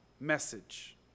message